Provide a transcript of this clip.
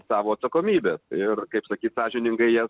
savo atsakomybes ir kaip sakyt sąžiningai jas